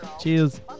Cheers